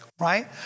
right